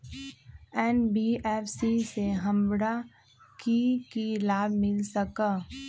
NBFC से हमार की की लाभ मिल सक?